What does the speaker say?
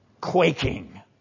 quaking